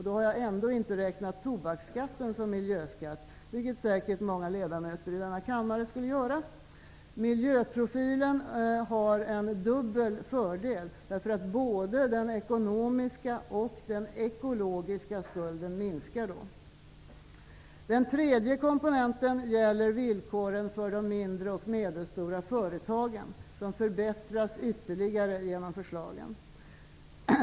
Då har jag ändå inte räknat tobaksskatten som miljöskatt, vilket säkert många ledamöter i denna kammare skulle göra. Miljöprofilen har en dubbel fördel, eftersom både den ekonomiska och den ekologiska skulden minskar. För det tredje förbättras villkoren för de mindre och medelstora företagen ytterligare genom förslagen.